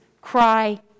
cry